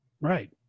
Right